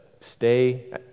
stay